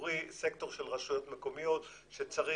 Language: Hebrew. ציבורי של רשויות מקומיות שצריך